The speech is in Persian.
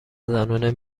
زنونه